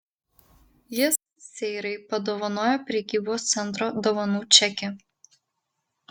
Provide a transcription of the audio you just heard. jis seirai padovanojo prekybos centro dovanų čekį